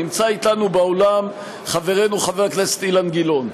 נמצא אתנו באולם חברנו חבר הכנסת אילן גילאון.